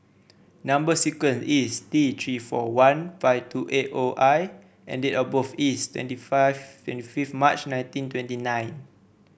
number sequence is T Three four one five two eight O I and date of birth is twenty five twenty fifth March nineteen twenty nine